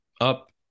up